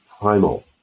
primal